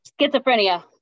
Schizophrenia